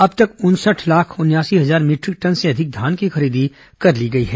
अब तक उनसठ लाख उनयासी हजार मीटरिक टन से अधिक धान की खरीदी कर ली गई है